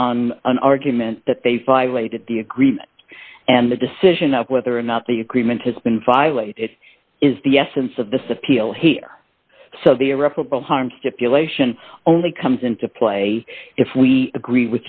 on an argument that they fire late at the agreement and the decision of whether or not the agreement has been violated is the essence of the scipio here so the irreparable harm stipulation only comes into play if we agree